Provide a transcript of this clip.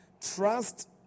Trust